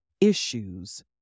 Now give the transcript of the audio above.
issues